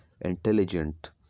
intelligent